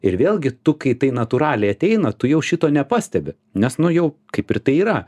ir vėlgi tu kai tai natūraliai ateina tu jau šito nepastebi nes nu jau kaip ir tai yra